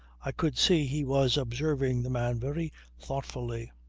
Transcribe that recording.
i could see he was observing the man very thoughtfully.